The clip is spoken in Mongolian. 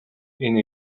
энэ